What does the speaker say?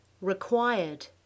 required